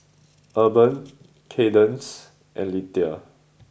Urban Cadence and Litha